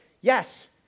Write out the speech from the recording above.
yes